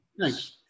thanks